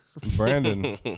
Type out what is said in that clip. Brandon